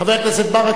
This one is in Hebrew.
חבר הכנסת ברכה,